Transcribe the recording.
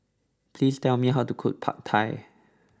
please tell me how to cook Pad Thai